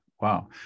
Wow